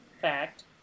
Fact